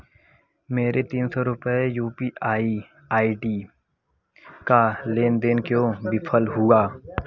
मेरे तीन सौ रुपये से U P I I D का लेन देन क्यों विफल हुआ